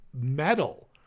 metal